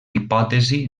hipòtesi